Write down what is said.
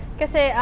kasi